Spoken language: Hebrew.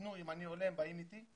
אם אני עולה הם באים איתי,